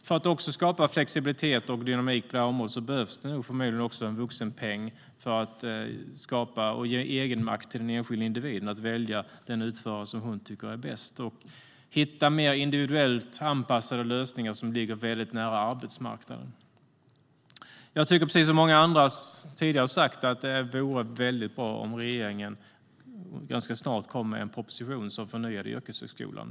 För att också skapa flexibilitet och dynamik på området behövs förmodligen en vuxenpeng för att ge egenmakt till den enskilda individen att välja den utförare hon tycker är bäst och hitta mer individuellt anpassade lösningar som ligger nära arbetsmarknaden. Jag tycker, precis som många har sagt tidigare, att det vore bra om regeringen snart lägger fram en proposition om att förnya yrkeshögskolan.